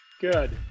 Good